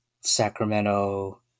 Sacramento